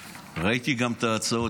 ראיתי גם את ההצעות.